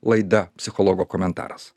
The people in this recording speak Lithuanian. laida psichologo komentaras